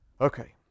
Okay